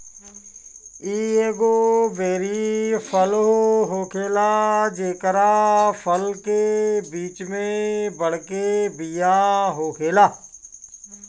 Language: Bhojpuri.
इ एगो बेरी फल होखेला जेकरा फल के बीच में बड़के बिया होखेला